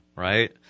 Right